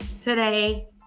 today